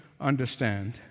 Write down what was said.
understand